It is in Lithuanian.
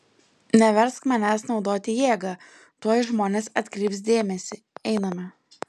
neversk manęs naudoti jėgą tuoj žmonės atkreips dėmesį einame